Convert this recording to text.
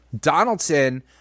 Donaldson –